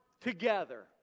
together